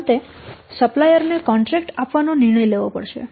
તેથી અંતે સપ્લાયર ને કોન્ટ્રેક્ટ આપવાનો નિર્ણય લેવો પડશે